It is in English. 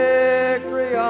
victory